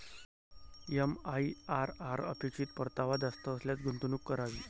MIRR अपेक्षित परतावा जास्त असल्यास गुंतवणूक करावी